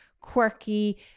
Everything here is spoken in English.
quirky